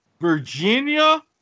Virginia